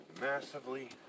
massively